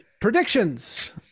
Predictions